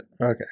Okay